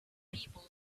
people